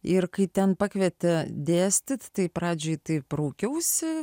ir kai ten pakvietė dėstyt tai pradžiai taip raukiausi